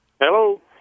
Hello